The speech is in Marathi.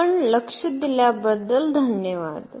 आपण लक्ष दिल्याबद्दल धन्यवाद